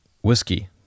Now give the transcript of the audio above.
whiskey